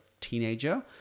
teenager